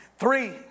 Three